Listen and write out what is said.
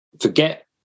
forget